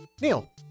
Neil